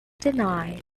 denied